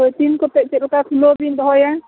ᱛᱤᱱ ᱠᱚᱥᱮᱡ ᱪᱮᱫ ᱞᱮᱠᱟ ᱠᱷᱩᱞᱟᱹᱣ ᱵᱮᱱ ᱫᱚᱦᱚᱭᱟ